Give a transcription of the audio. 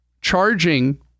charging